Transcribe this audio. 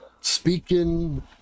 speaking